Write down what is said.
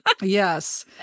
Yes